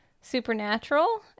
supernatural